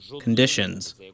conditions